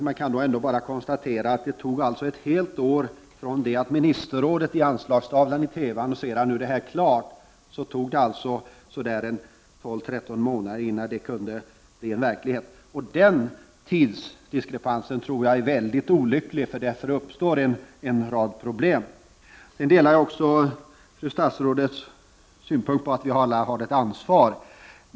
Men jag kan ändå konstatera att det tog ett helt år från det att Ministerrådet i Anslagstavlan i TV annonserade att det hela var klart tills det hela kunde bli verklighet. Den tidsdiskrepansen är enligt min uppfattning mycket olycklig, eftersom det i och med denna uppstår en rad problem. Jag delar också fru statsrådets synpunkter vad gäller att vi alla har ett ansvar i detta sammanhang.